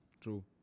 true